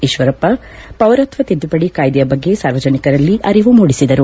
ಈಶ್ವರಪ್ಪ ಪೌರತ್ವ ತಿದ್ದುಪಡಿ ಕಾಯ್ದೆಯ ಬಗ್ಗೆ ಸಾರ್ವಜನಿಕರಲ್ಲಿ ಅರಿವು ಮೂಡಿಸಿದರು